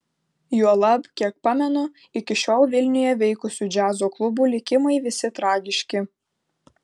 juolab kiek pamenu iki šiol vilniuje veikusių džiazo klubų likimai visi tragiški